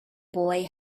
boy